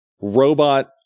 robot